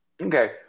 okay